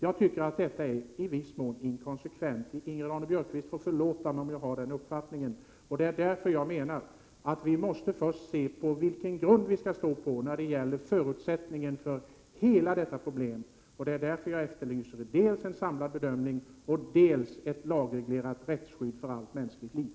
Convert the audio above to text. Jag tycker att detta är i viss mån inkonsekvent. Ingrid Ronne-Björkqvist får förlåta mig om jag har den uppfattningen. Jag menar att vi först måste se vilken grund vi skall stå på när det gäller hela detta problem. Det är därför jag efterlyser dels en samlad bedömning, dels ett lagreglerat rättsskydd för allt mänskligt liv.